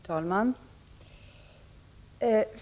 Herr talman!